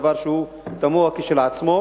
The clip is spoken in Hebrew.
דבר שהוא תמוה כשלעצמו,